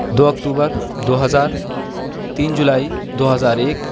دو اکتوبر دو ہزار تین جولائی دو ہزار ایک